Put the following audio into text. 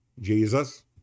Jesus